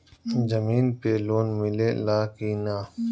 जमीन पे लोन मिले ला की ना?